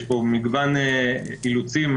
יש פה מגוון אילוצים,